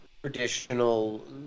traditional